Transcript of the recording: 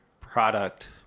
product